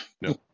No